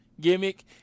gimmick